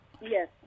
Yes